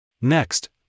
Next